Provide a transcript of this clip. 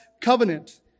covenant